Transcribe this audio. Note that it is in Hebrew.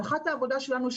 הנחת העבודה שלנו היא,